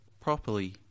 properly